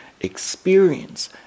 experience